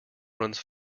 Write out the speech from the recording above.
runs